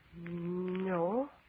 No